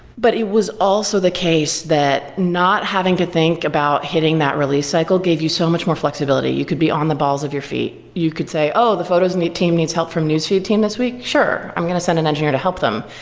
but it was also the case that not having to think about hitting that release cycle gave you so much more flexibility. you could be on the balls of your feet. you could say, oh, the photos and team needs help from newsfeed team this week. sure, i'm going to send an engineer to help them,